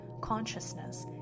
consciousness